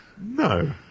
No